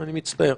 אני מצטער.